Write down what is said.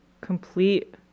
complete